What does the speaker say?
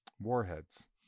Warheads